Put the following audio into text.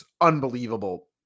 unbelievable